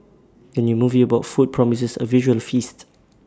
the new movie about food promises A visual feast